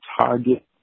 target